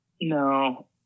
No